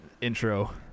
intro